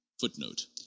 Footnote